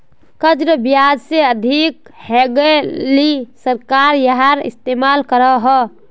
कर्जेर ब्याज से अधिक हैन्गेले सरकार याहार इस्तेमाल करोह